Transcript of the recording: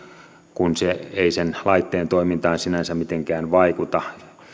kun se ei sen laitteen toimintaan sinänsä mitenkään vaikuta